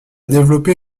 développé